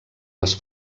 les